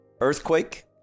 earthquake